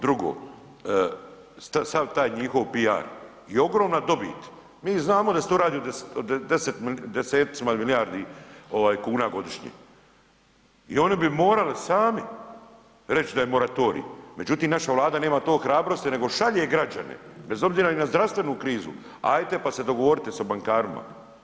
Drugo, sav taj njihov PR je ogromna dobit, mi znamo da se to radi o desecima milijardi kuna godišnje i oni bi morali sami reći da je moratorij, međutim naša Vlada nema te hrabrosti nego šalje građane, bez obzira i na zdravstvenu krizu, ajte pa se dogovorite sa bankarima.